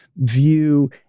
view